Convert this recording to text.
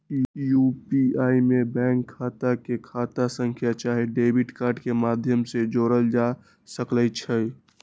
UPI में bank खता के खता संख्या चाहे डेबिट कार्ड के माध्यम से जोड़ल जा सकइ छै